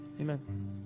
Amen